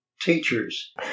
teachers